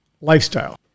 lifestyle